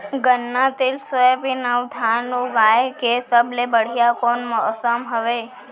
गन्ना, तिल, सोयाबीन अऊ धान उगाए के सबले बढ़िया कोन मौसम हवये?